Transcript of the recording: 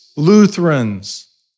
Lutherans